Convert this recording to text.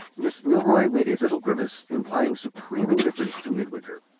miss milroy made a little grimace, implying supreme indifference to midwinter,